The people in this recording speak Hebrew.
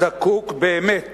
זקוק באמת